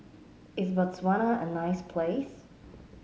is Botswana a nice place